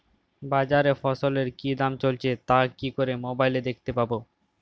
বাজারে ফসলের কি দাম চলছে তা কি করে মোবাইলে দেখতে পাবো?